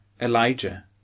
Elijah